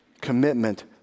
commitment